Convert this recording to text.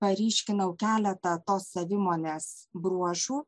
paryškinau keletą tos savimonės bruožų